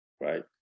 right